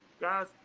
guys